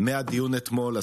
בשותפות ובסובלנות.